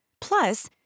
Plus